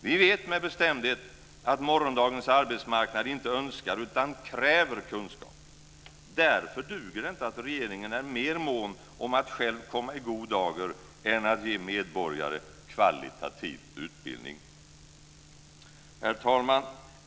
Vi vet med bestämdhet att morgondagens arbetsmarknad inte önskar utan kräver kunskap. Därför duger det inte att regeringen är mer mån om att själv komma i god dager än att ge medborgare kvalitativ utbildning. Herr talman!